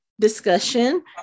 discussion